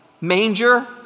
manger